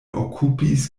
okupis